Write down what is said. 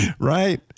Right